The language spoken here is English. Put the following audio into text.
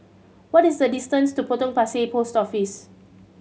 what is the distance to Potong Pasir Post Office